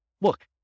look